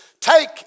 take